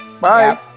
bye